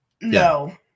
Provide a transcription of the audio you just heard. no